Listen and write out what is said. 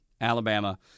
Alabama